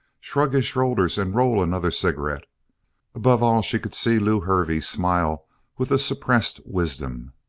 shrug his shoulders and roll another cigarette above all she could see lew hervey smile with a suppressed wisdom.